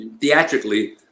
theatrically